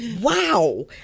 wow